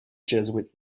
jesuit